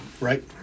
Right